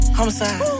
Homicide